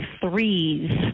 threes